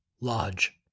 Lodge